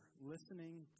listening